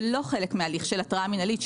ולא חלק מהליך של התראה מנהלית,